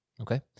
Okay